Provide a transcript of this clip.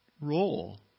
Role